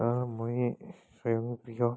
মই স্বয়ংক্ৰিয়